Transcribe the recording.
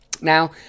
Now